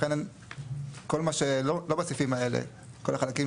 לכן כל מה שלא בסעיפים האלה, כל החלקים